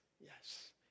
Yes